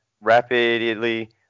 rapidly